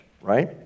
right